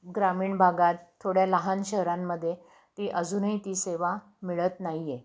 ग्रामीण भागात थोड्या लहान शहरांमध्ये ती अजूनही ती सेवा मिळत नाही आहे